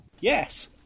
Yes